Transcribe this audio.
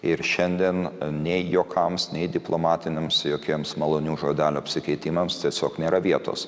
ir šiandien nei juokams nei diplomatiniams jokiems malonių žodelių apsikeitimams tiesiog nėra vietos